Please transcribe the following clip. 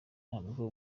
ntabwo